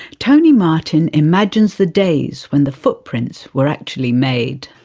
tony martin imagines the days when the footprints were actually made.